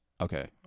Okay